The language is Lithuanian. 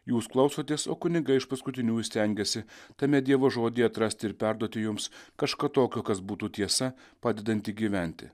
jūs klausotės o kunigai iš paskutiniųjų stengiasi tame dievo žodyje atrasti ir perduoti jums kažką tokio kas būtų tiesa padedanti gyventi